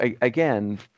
again